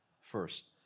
first